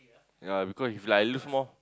ya because he is like lose more